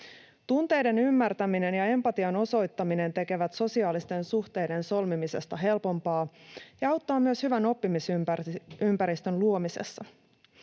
Tunteiden ymmärtäminen ja empatian osoittaminen tekevät sosiaalisten suhteiden solmimisesta helpompaa ja auttavat myös hyvän oppimisympäristön luomisessa.